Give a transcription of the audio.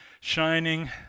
shining